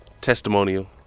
testimonial